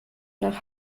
nach